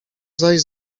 zaś